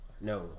no